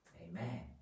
amen